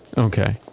okay,